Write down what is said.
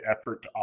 effort